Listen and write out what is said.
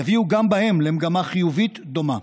יביאו גם בהם למגמה חיובית דומה.